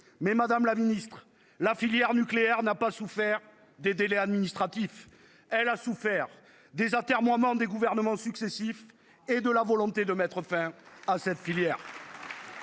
Madame la ministre, la filière nucléaire a souffert non pas des délais administratifs, mais des atermoiements des gouvernements successifs et de la volonté de mettre fin à cette filière.